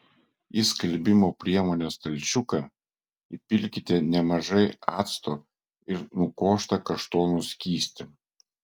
į skalbimo priemonės stalčiuką įpilkite nemažai acto ir nukoštą kaštonų skystį